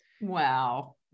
Wow